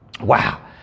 Wow